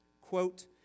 Quote